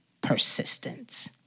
persistence